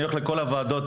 אני הולך לכל הוועדות.